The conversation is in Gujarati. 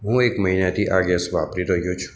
હું એક મહિનાથી આ ગૅસ વાપરી રહ્યો છું